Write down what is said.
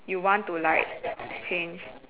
you want to like change